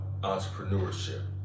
entrepreneurship